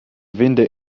vinden